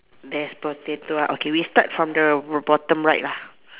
there's potato ah okay we start from the bo~ bottom right lah